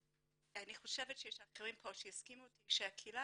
ואני חושבת שיש כאן אחרים שיסכימו איתי שקהילת